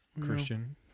Christian